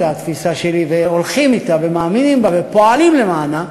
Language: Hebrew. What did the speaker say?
התפיסה שלי והולכים אתה ומאמינים בה ופועלים למענה.